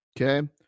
Okay